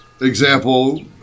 Example